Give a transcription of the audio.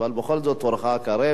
אבל, בכל זאת, תורך קרב.